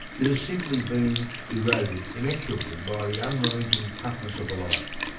it has simply been eroded inexorably by the unrelenting toughness of the life.